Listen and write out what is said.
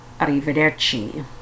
arrivederci